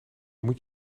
moet